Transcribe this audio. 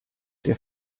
der